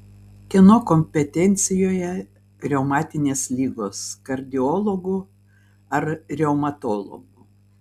kieno kompetencijoje reumatinės ligos kardiologų ar reumatologų